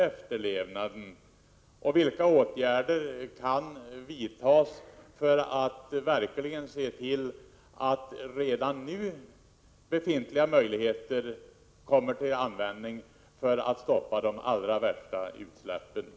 Kommunerna, i det är fallet Kisa kommun, har dessutom själva ett ansvar både enligt miljöskyddslagen och enligt hälsoskyddslagen när det gäller att se till att den här frågan klaras ut på ett tillfredsställande sätt.